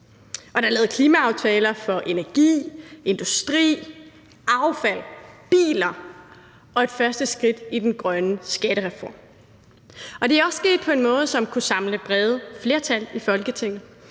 Der er lavet klimaaftaler for energi, industri, affald og biler og et første skridt i den grønne skattereform. Det er også sket på en måde, som kunne samle brede flertal i Folketinget.